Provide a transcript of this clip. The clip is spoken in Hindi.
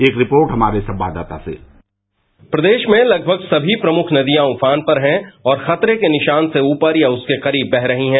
एक रिपोर्ट हमारे संवाददाता की प्रदेश में लगभग सभी प्रमुख नदियां उफान पर है और खतरे के निशान से ऊपर या उसके करीब वह रही है